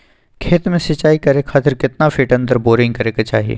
खेत में सिंचाई करे खातिर कितना फिट अंदर बोरिंग करे के चाही?